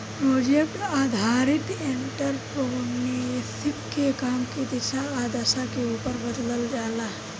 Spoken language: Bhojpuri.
प्रोजेक्ट आधारित एंटरप्रेन्योरशिप के काम के दिशा आ दशा के उपर बदलल जाला